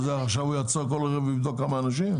מה זה, עכשיו הוא יעצור כל רכב ויבדוק כמה אנשים?